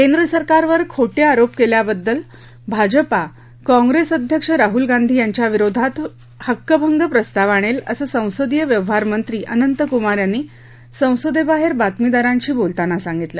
केंद्र सरकारवर खोटे आरोप केल्याबद्दल भाजपा काँप्रेस अध्यक्ष राहल गांधी यांच्या विरोधात भाजपा हक्कभंग प्रस्ताव आणेल असं संसदीय व्यवहारमंत्री अनंत कुमार यांनी संसदेबाहेर बातमीदारांशी बोलताना सांगितलं